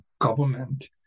government